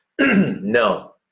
No